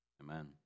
Amen